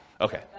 Okay